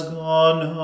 gone